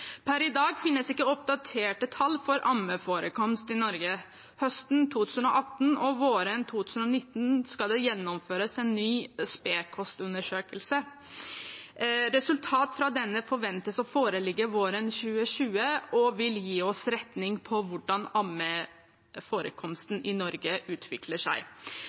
Per i dag finnes det ikke oppdaterte tall for ammeforekomst i Norge. Høsten 2018 og våren 2019 skal det gjennomføres en ny Spedkost-undersøkelse. Resultatene fra denne forventes å foreligge våren 2020 og vil gi oss et innblikk i hvordan ammeforekomsten i Norge utvikler seg.